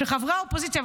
שחברי אופוזיציה,